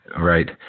Right